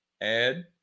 Add